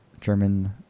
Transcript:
German